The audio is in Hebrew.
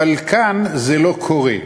אבל כאן זה לא קורה,